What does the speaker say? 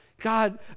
God